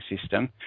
system